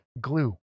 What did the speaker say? glue